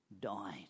died